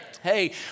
Hey